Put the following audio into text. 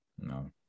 No